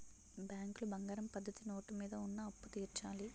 బ్యాంకులో బంగారం పద్ధతి నోటు మీద ఉన్న అప్పు తీర్చాలి